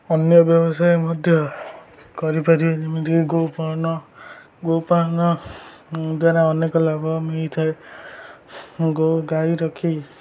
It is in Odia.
ଅନ୍ୟ ବ୍ୟବସାୟ ମଧ୍ୟ କରିପାରିବେ ଯେମିତିକି ଗୋପାଳନ ଗୋପାଳନ ଦ୍ୱାରା ଅନେକ ଲାଭ ମିଳିଥାଏ ଗାଈ ରଖି